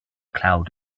cloud